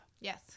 Yes